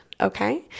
Okay